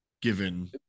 given